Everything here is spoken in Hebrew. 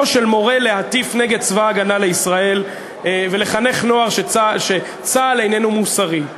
של מורה להטיף נגד צבא הגנה לישראל ולחנך נוער שצה"ל איננו מוסרי.